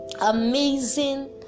amazing